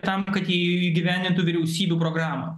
tam kad įgyvendintų vyriausybių programą